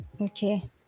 Okay